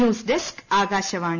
news desk Akashvani